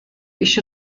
isio